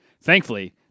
Thankfully